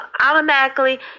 automatically